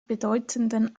bedeutenden